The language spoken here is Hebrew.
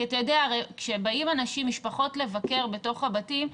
כשבאות משפחות לבקר בתוך הבתים,